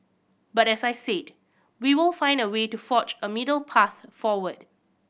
but as I said we will find a way to forge a middle path forward